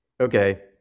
okay